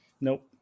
Nope